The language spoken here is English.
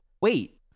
wait